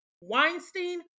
Weinstein